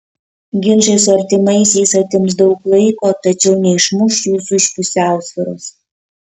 ginčai su artimaisiais atims daug laiko tačiau neišmuš jūsų iš pusiausvyros